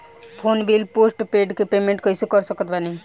Phone bill postpaid के payment कैसे कर सकत बानी?